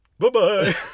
Bye-bye